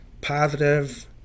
positive